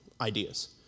ideas